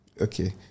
Okay